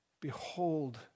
Behold